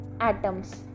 atoms